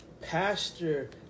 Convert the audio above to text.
Pastor